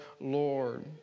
Lord